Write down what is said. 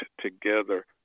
together